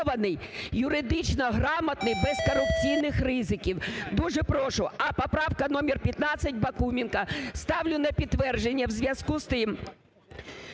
Дуже прошу. А поправка номер 15 Бакуменка ставлю на підтвердження у зв'язку з тим,